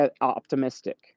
optimistic